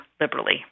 liberally